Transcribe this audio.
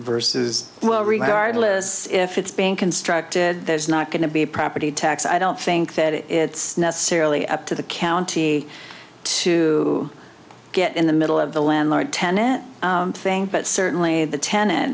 versus well regardless if it's being constructed there's not going to be a property tax i don't think that it's necessarily up to the county to get in the middle of the landlord tenant thing but certainly the tenant